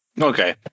Okay